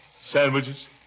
Sandwiches